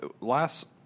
last